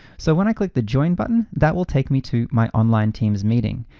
so when i click the join button, that will take me to my online teams meeting.